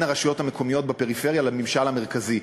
הרשויות המקומיות בפריפריה לממשל המרכזי.